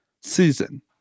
season